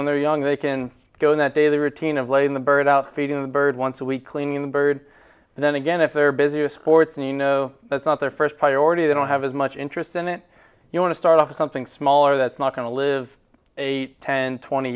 when they're young they can go in that day the routine of laying the bird out feeding the bird once a week cleaning the bird and then again if they're busiest ports and you know that's not their first priority they don't have as much interest in it you want to start off with something smaller that's not going to live eight ten twenty